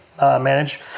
manage